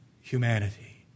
humanity